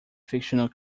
fictional